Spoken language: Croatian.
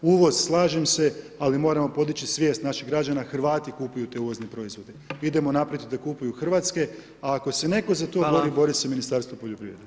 Uvoz slažem se ali moramo podići svijest naših građana, Hrvati kupuju te uvozne proizvode, idemo naprijed da kupuju hrvatske, a ako se netko za to bori, bori se Ministarstvo poljoprivrede.